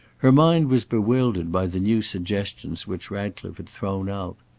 her mind was bewildered by the new suggestions which ratcliffe had thrown out.